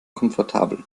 komfortabel